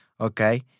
Okay